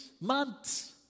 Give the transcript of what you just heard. months